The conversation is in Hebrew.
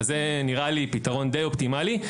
זה נראה לי פתרון די אופטימלי.